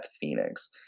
Phoenix